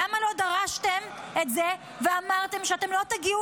למה לא דרשתם את זה ואמרתם שלא תגיעו